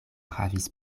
havis